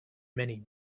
many